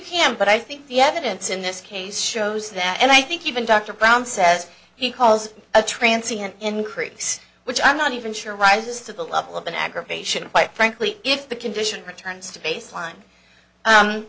can but i think the evidence in this case shows that and i think even dr brown says he calls a trancing an increase which i'm not even sure rises to the level of an aggravation quite frankly if the condition